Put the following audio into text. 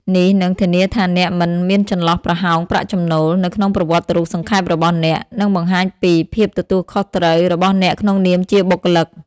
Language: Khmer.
នេះនឹង ធានាថាអ្នកមិនមានចន្លោះប្រហោងប្រាក់ចំណូល នៅក្នុងប្រវត្តិរូបសង្ខេបរបស់អ្នក និងបង្ហាញពី ភាពទទួលខុសត្រូវ របស់អ្នកក្នុងនាមជាបុគ្គលិក។